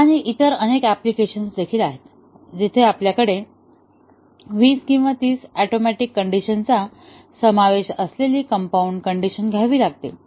आणि इतर अनेक अप्लिकेशन देखील आहेत जिथे आपल्याकडे 20 किंवा 30 ऍटोमिक कंडिशनचा समावेश असलेली कंपाउंड कण्डिशन घ्यावी लागेल